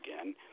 again